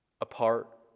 apart